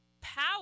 power